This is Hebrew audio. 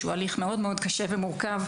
שהוא הליך מאוד מאוד קשה ומורכב,